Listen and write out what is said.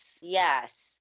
yes